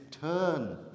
Turn